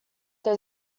they